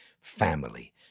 family